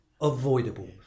avoidable